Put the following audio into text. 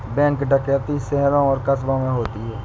bank डकैती शहरों और कस्बों में होती है